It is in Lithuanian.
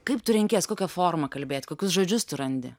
kaip tu renkies kokia forma kalbėt kokius žodžius tu randi